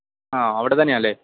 ആ അവിടെ തന്നെയാണ് അല്ലേ